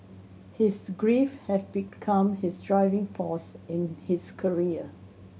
his grief have become his driving force in his career